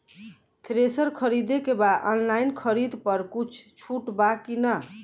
Thresher खरीदे के बा ऑनलाइन खरीद पर कुछ छूट बा कि न?